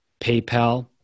PayPal